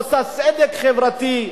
עושה צדק חברתי.